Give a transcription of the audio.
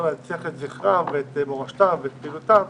להנציח את זכרם ואת מורשתם ואת פעילותם